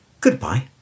Goodbye